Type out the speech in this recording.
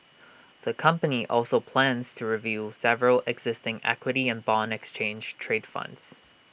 the company also plans to review several existing equity and Bond exchange trade funds